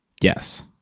Yes